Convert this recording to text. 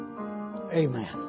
Amen